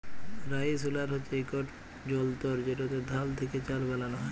rice huller হছে ইকট যলতর যেটতে ধাল থ্যাকে চাল বালাল হ্যয়